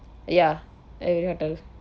ya